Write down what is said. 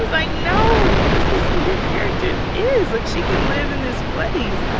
like, no. this is who your character is. like, she can live in this place.